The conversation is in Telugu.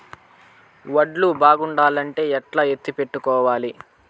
వడ్లు బాగుండాలంటే ఎట్లా ఎత్తిపెట్టుకోవాలి?